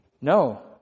No